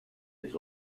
has